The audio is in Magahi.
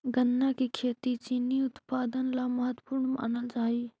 गन्ना की खेती चीनी उत्पादन ला महत्वपूर्ण मानल जा हई